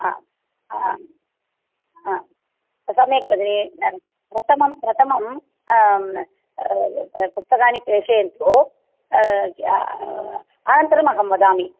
हा आं हा सम्यक् तर्हि प्रथमं प्रथमं पुस्तकानि प्रेषयन्तु जा अनन्तरमहं वदामि